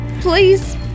please